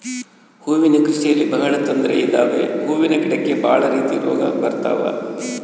ಹೂವಿನ ಕೃಷಿಯಲ್ಲಿ ಬಹಳ ತೊಂದ್ರೆ ಇದಾವೆ ಹೂವಿನ ಗಿಡಕ್ಕೆ ಭಾಳ ರೀತಿ ರೋಗ ಬರತವ